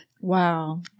Wow